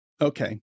Okay